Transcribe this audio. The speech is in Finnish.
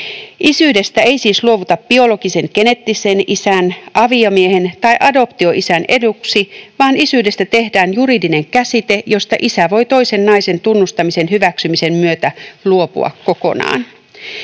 Isyydestä ei siis luovuta biologisen, geneettisen isän, aviomiehen tai adoptioisän eduksi, vaan isyydestä tehdään juridinen käsite, josta isä voi toisen naisen tunnustamisen hyväksymisen myötä luopua kokonaan.